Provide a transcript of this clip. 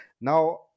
Now